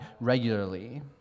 regularly